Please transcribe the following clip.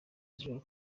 zijoro